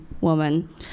woman